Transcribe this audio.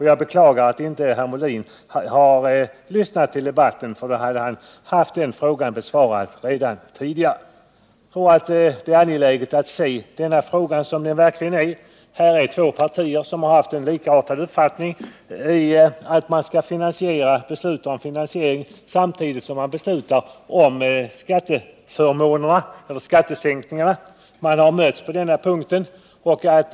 Jag beklagar att Björn Molin inte har lyssnat på debatten; om han hade gjort det, hade han vetat svaren på dessa frågor. Jag tror att det är angeläget att se frågan som den verkligen är. Här finns det två partier som har en likartad uppfattning om att man samtidigt som man fattar beslut om skattesänkningar också skall fatta beslut om finansieringen av dem.